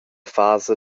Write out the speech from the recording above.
fasa